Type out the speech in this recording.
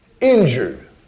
injured